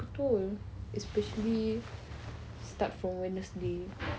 betul especially start from wednesday